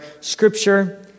scripture